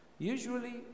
Usually